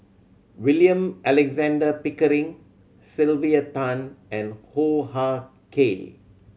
William Alexander Pickering Sylvia Tan and Hoo Ah Kay